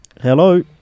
Hello